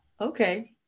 okay